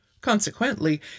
Consequently